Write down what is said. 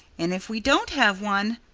and if we don't have one,